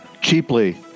Cheaply